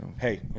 Hey